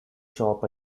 chop